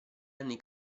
anni